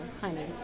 honey